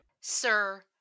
Sir